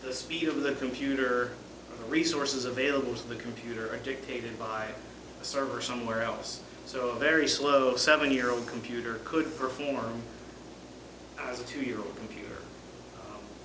the speed of the computer resources available to the computer or dictated by a server somewhere else so very slow seven year old computer could perform as a two year old